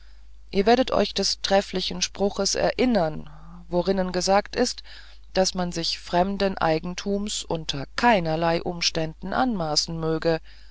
ihr werdet euch des trefflichen spruches erinnern worinnen gesagt ist daß man sich fremden eigentums unter keinerlei umständen anmaßen möge